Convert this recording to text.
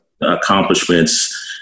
accomplishments